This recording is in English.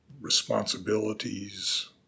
responsibilities